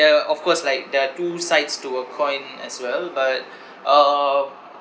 there are of course like there are two sides to a coin as well but um